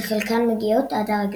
שחלקן מגיעות עד הרגליים.